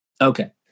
okay